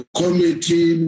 committee